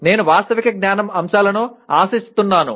నేను వాస్తవిక జ్ఞాన అంశాలను ఆశిస్తున్నాను